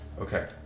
Okay